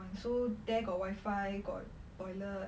so there got wifi got toilet